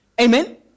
Amen